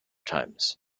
times